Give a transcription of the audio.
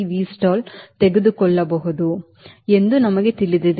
3 Vstall ತೆಗೆದುಕೊಳ್ಳಬಹುದು ಎಂದು ನಮಗೆ ತಿಳಿದಿದೆ